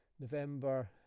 November